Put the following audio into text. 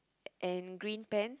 and green pants